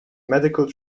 medical